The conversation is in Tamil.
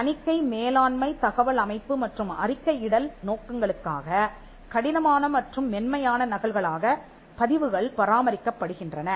தணிக்கை மேலாண்மை தகவல் அமைப்பு மற்றும் அறிக்கையிடல் நோக்கங்களுக்காக கடினமான மற்றும் மென்மையான நகல்களாகப் பதிவுகள் பராமரிக்கப்படுகின்றன